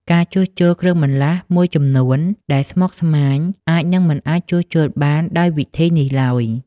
ការជួសជុលគ្រឿងបន្លាស់មួយចំនួនដែលស្មុគស្មាញអាចនឹងមិនអាចជួសជុលបានដោយវិធីនេះឡើយ។